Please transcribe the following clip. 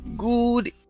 Good